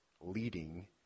leading